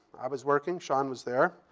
i was working. sean was there.